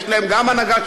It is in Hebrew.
יש להם גם הנהגה,